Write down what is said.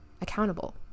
accountable